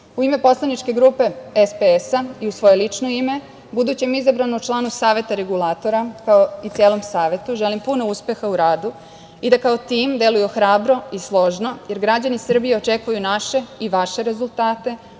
ime poslaničke grupe SPS i u svoje lično ime budućem izabranom članu Saveta regulatora, kao i celom Savetu, želim puno uspeha u radu i da kao tim deluju hrabro i složno, jer građani Srbije očekuju naše i vaše rezultate,